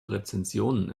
rezensionen